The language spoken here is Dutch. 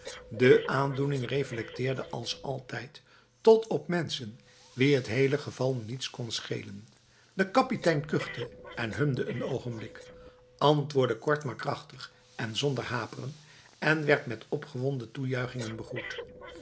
de aandoening reflecteerde als altijd tot op mensen wie het hele geval niets kon schelen de kapitein kuchte en hemde een ogenblik antwoordde kort maar krachtig en zonder haperen en werd met opgewonden toejuichingen begroet